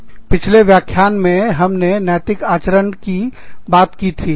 इसलिए पिछले व्याख्यान में हमने नैतिकता नैतिक आचरण की बात की थी